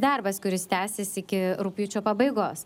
darbas kuris tęsis iki rugpjūčio pabaigos